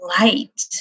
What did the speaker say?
light